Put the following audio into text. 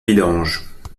vidange